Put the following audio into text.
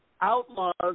outlaws